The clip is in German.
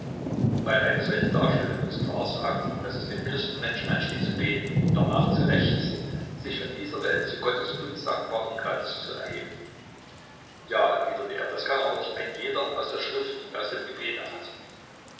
weil eine solche darstellung uns klar sagt daß es dem christenmenschen ansteht zu beten und darnach zu lechzen sich von dieser welt zu gottes unsagbarem glanze zu erheben ja erwiderte er das kann aber doch ein jeder aus der schrift und aus dem gebete erfassen